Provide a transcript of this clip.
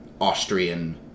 Austrian